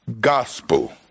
gospel